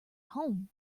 home